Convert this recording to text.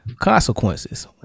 consequences